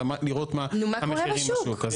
אלא לראות מה המחירים בשוק.